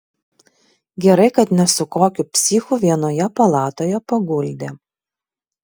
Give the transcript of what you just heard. gerai kad ne su kokiu psichu vienoje palatoje paguldė